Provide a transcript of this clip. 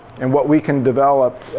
and what we can develop,